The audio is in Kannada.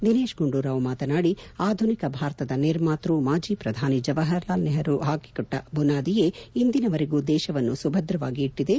ದಿನೇಶ್ ಗುಂಡೂರಾವ್ ಮಾತನಾಡಿ ಆಧುನಿಕ ಭಾರತದ ನಿರ್ಮಾತೃ ಮಾಜಿ ಪ್ರಧಾನಿ ಜವಾಹರಲಾಲ್ ನೆಹರೂ ಅವರು ಹಾಕಿಕೊಟ್ಟ ಬುನಾದಿಯೇ ಇಂದಿನವರೆಗೂ ದೇಶವನ್ನು ಸುಭದ್ರವಾಗಿ ಇಟ್ಟದೆ